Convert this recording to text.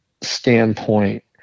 standpoint